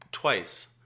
Twice